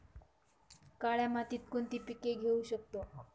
काळ्या मातीत कोणती पिके घेऊ शकतो?